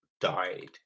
died